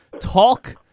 Talk